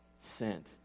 sent